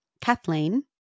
Kathleen